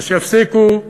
אז שיפסיקו,